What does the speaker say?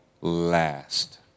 last